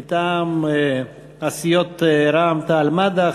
מטעם סיעות רע"ם-תע"ל-מד"ע,